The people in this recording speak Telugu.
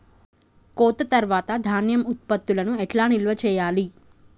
కోత తర్వాత ధాన్యం ఉత్పత్తులను ఎట్లా నిల్వ చేయాలి?